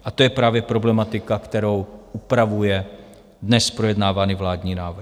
A to je právě problematika, kterou upravuje dnes projednávaný vládní návrh.